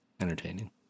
entertaining